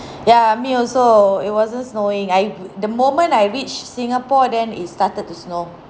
ya me also it wasn't snowing I uh the moment I reached singapore then it started to snow